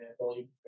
volume